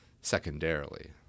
secondarily